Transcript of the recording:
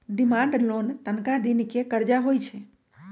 demand loan तनका दिन के करजा होइ छइ